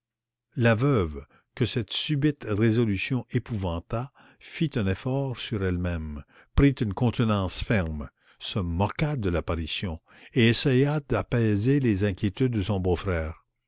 la veuve que cette subite résolution épouvanta fit un effort sur elle-même prit une contenance ferme se moqua de l'apparition et assaya d'appaiser les inquiétudes de son beau-frère